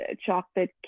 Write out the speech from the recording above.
chocolate